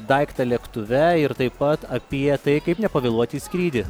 daiktą lėktuve ir taip pat apie tai kaip nepavėluoti į skrydį